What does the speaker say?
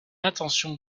intention